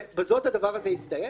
בזאת הדבר הזה הסתיים.